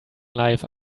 life